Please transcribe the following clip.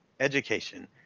education